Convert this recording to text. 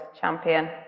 champion